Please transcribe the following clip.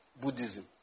Buddhism